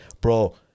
bro